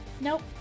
Nope